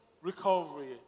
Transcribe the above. Recovery